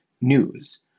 news